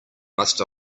must